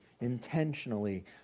intentionally